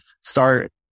start